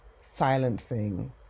silencing